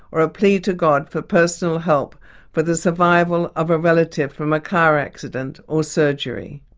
or a plea to god for personal help for the survival of a relative from a car accident or surgery.